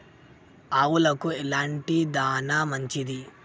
ఆవులకు ఎలాంటి దాణా మంచిది?